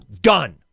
Done